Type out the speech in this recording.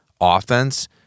offense